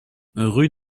rue